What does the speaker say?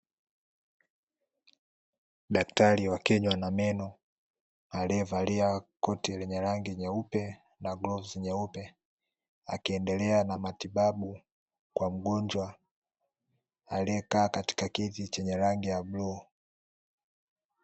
Daktari wa kinywa na meno aliyevalia koti lenye rangi nyeupe na glovzi nyeupe, akiendelea na matibabu kwa mgonjwa aliyekaa katika kiti chenye rangi ya bluu.